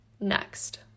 Next